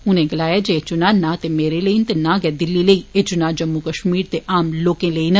उनें गलाया जे एह चुनां नां ते मेरे लेई न ते नां गै दिल्ली लेई एह चुनां जम्मू कश्मीर दे आम लोकें लेई न